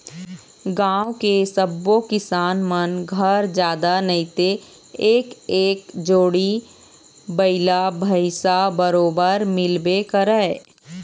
गाँव के सब्बो किसान मन घर जादा नइते एक एक जोड़ी बइला भइसा बरोबर मिलबे करय